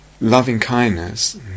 loving-kindness